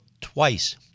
twice